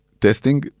testing